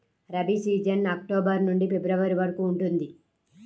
rabi season October నుండి ఫిబ్రవరి వరకు ఉంటుంది